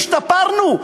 השתפרנו,